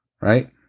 Right